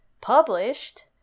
published